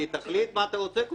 תחליט מה אתה רוצה כבודו.